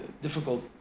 difficult